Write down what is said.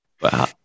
Wow